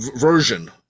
version